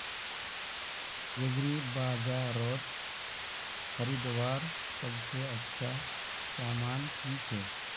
एग्रीबाजारोत खरीदवार सबसे अच्छा सामान की छे?